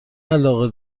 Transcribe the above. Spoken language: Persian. علاقه